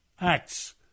acts